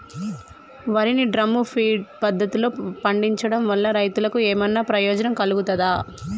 వరి ని drum feed పద్ధతిలో పండించడం వల్ల రైతులకు ఏమన్నా ప్రయోజనం కలుగుతదా?